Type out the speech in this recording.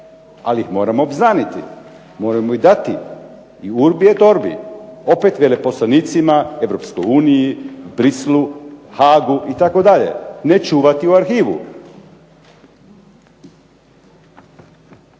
ali moramo obznaniti, moramo ih dati i urbi et orbi opet veleposlanicima, Europskoj uniji, Bruxellesu, Haagu itd., ne čuvati u arhivu.